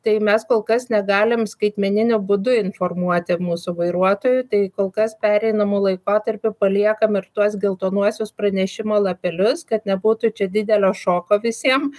tai mes kol kas negalim skaitmeniniu būdu informuoti mūsų vairuotojų tai kol kas pereinamu laikotarpiu paliekam ir tuos geltonuosius pranešimo lapelius kad nebūtų čia didelio šoko visiem